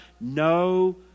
no